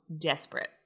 desperate